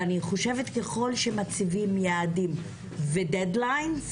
ואני חושבת שככל שמציבים יעדים ודדליינים,